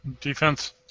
defense